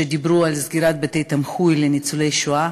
ודיברו על סגירת בתי-תמחוי לניצולי שואה.